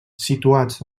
situats